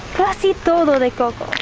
casi todo de coco.